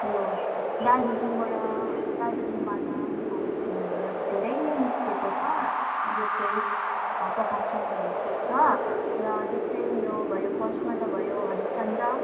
यो दार्जिलिङबाट दार्जिलिङबाट नेपाली फिल्महरू धेरै नै निस्केको छ जस्तै प्रकाशन भएको छ र जस्तै यो भयो फर्स्टमा त भयो हरिसचन्द्र